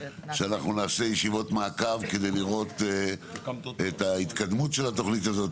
שאנחנו נעשה ישיבות מעקב כדי לראות את ההתקדמות של התוכנית הזאת,